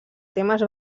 temes